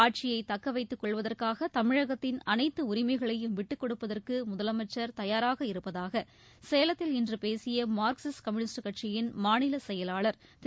ஆட்சியை தக்கவைத்துக் கொள்வதற்காக தமிழகத்தின் அனைத்து உரிமைகளையும் விட்டுக் கொடுப்பதற்கு முதலமைச்சர் தயாராக இருப்பதாக சேலத்தில் இன்று பேசிய மார்க்சிஸ்ட் கம்யூனிஸ்ட் கட்சியின் மாநில செயலாளர் திரு